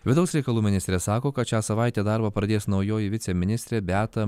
vidaus reikalų ministrė sako kad šią savaitę darbą pradės naujoji viceministrė beata